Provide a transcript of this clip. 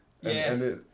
Yes